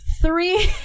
Three